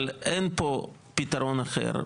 אבל אין פה פתרון אחר,